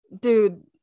dude